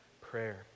prayer